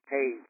Hey